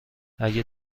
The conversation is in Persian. اگه